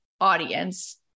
audience